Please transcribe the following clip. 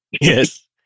yes